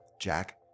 Jack